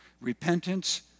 repentance